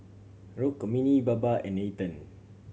Rukmini Baba and Nathan